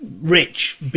rich